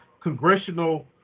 congressional